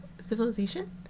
civilization